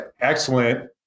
excellent